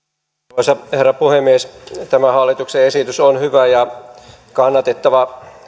arvoisa herra puhemies tämä hallituksen esitys on hyvä ja kannatettava